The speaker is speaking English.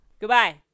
Goodbye